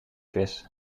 quiz